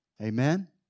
Amen